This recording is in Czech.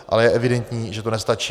Ale je evidentní, že to nestačí.